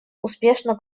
успешно